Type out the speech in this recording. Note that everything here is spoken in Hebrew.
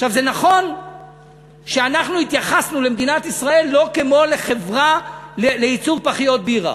זה נכון שאנחנו התייחסנו למדינת ישראל לא כמו לחברה לייצור פחיות בירה,